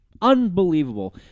Unbelievable